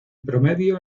promedio